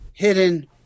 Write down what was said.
Hidden